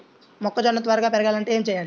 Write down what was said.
మొక్కజోన్న త్వరగా పెరగాలంటే ఏమి చెయ్యాలి?